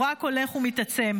הוא רק הולך ומתעצם.